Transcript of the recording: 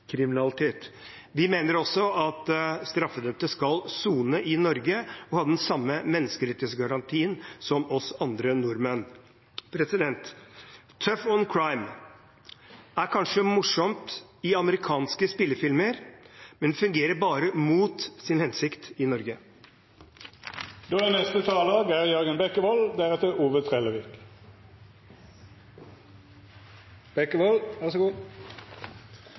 Vi mener også at straffedømte skal sone i Norge og ha den samme menneskerettighetsgarantien som oss andre nordmenn. «Tough on crime» er kanskje morsomt i amerikanske spillefilmer, men fungerer bare mot sin hensikt i